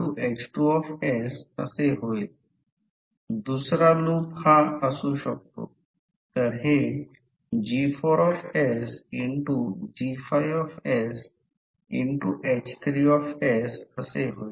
आणि पुन्हा या दिशेने पुन्हा पुढे जात आहोत या निगेटिव्ह करंट या बाजूने हळूहळू आणि हळूहळू कमी होत आहे आणि या टप्प्यावर येत आहेत म्हणून पुन्हा काही रेसिडूअल मॅग्नेटिझम पुन्हा येथे येईल